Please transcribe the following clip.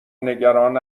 نگران